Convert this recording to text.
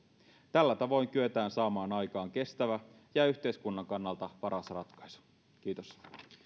tällä tavoin kyetään saamaan aikaan kestävä ja yhteiskunnan kannalta paras ratkaisu kiitos